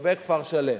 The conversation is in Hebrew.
לגבי כפר-שלם,